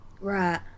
Right